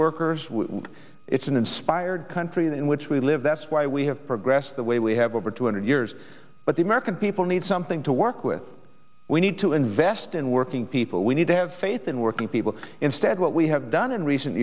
workers it's an inspired country in which we live that's why we have progressed the way we have over two hundred years but the american people need something to work with we need to invest in working people we need to have faith in working people instead what we have done in recent